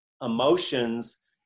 emotions